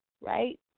right